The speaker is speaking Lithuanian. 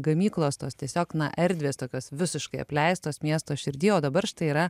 gamyklos tos tiesiog na erdvės tokios visiškai apleistos miesto širdy o dabar štai yra